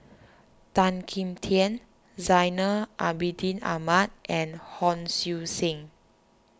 Tan Kim Tian Zainal Abidin Ahmad and Hon Sui Sen